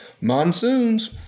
monsoons